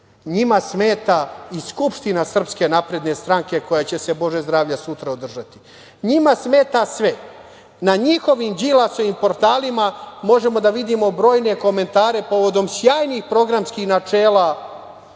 Njima smeta i Skupština SNS koja će se bože zdravlja sutra održati. Njima smeta sve. Na njihovim, Đilasovim portalima možemo da vidimo brojne komentare povodom sjajnih programskih načela